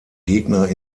gegner